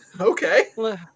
Okay